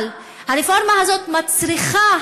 אבל הרפורמה הזאת מצריכה